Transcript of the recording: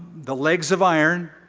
the legs of iron.